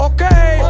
Okay